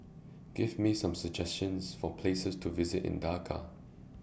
Give Me Some suggestions For Places to visit in Dhaka